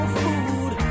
food